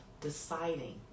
deciding